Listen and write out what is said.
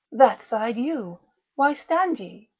that side you why stand ye?